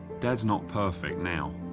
dad's not perfect now,